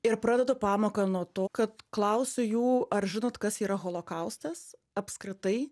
ir pradedu pamoką nuo to kad klausiu jų ar žinot kas yra holokaustas apskritai